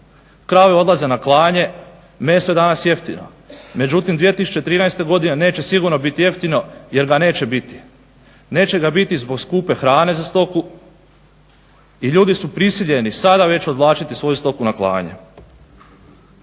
Krave odlaze na klanje, meso je danas jeftino. Međutim, 2013. godine neće sigurno biti jeftino jer ga neće biti. Neće ga biti zbog skupe hrane za stoku i ljudi su prisiljeni sada već odvlačiti svoju stoku na klanje.